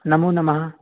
नमो नमः